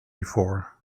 before